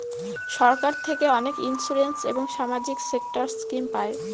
সরকার থেকে অনেক ইন্সুরেন্স এবং সামাজিক সেক্টর স্কিম পায়